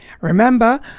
Remember